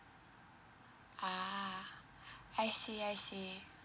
ah I see I see